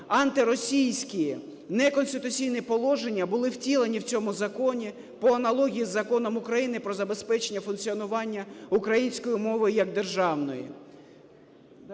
антиросійські, неконституційні положення були втілені в цьому законі по аналогії з Законом України "Про забезпечення функціонування української мови як державної".